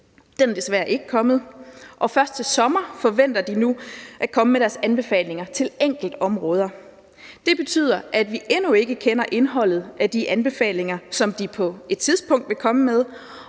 Den er desværre ikke kommet, og først til sommer forventer de nu at komme med deres anbefalinger på enkeltområder. Det betyder, at vi endnu ikke kender indholdet af de anbefalinger, som de på et tidspunkt vil komme med,